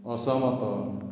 ଅସହମତ